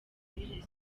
kuri